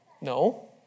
No